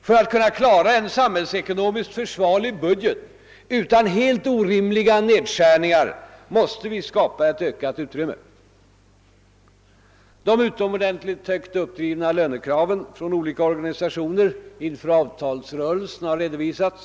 För att kunna klara en samhällsekonomiskt försvarlig budget utan helt orimliga nedskärningar måste vi skapa ett ökat utrymme. De utomordentligt högt uppdrivna lönekraven från olika organisationer inför avtalsrörelsen har redovisats.